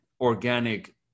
organic